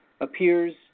appears